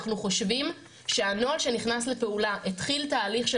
אנחנו חושבים שהנוהל שנכנס לפעולה התחיל תהליך של